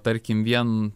tarkim vien